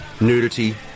nudity